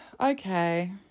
okay